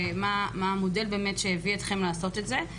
ומה המודל שהביא אותם לעשות את זה.